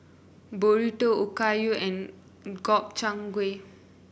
Burrito Okayu and Gobchang Gui